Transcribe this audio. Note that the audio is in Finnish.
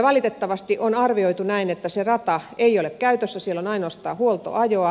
valitettavasti on arvioitu näin että se rata ei ole käytössä siellä on ainoastaan huoltoajoa